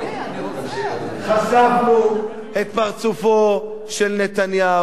חשפנו את פרצופו של נתניהו.